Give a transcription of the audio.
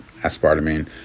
aspartame